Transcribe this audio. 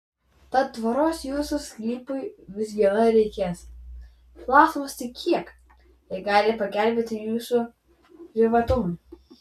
tad tvoros jūsų sklypui vis viena reikės klausimas tik kiek ji gali pagelbėti jūsų privatumui